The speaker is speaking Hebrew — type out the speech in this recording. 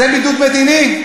זה בידוד מדיני?